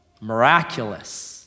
Miraculous